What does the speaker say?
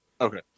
Okay